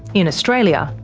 in australia,